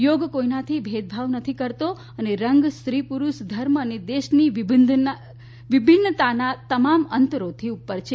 યોગ કોઇનાથી ભેદભાવ નથી કરતો અને રંગ સ્ત્રી પુરુષ ધર્મ અને દેશની વિભિન્નતાના તમામ અંતરોથી ઉપર છે